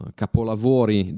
capolavori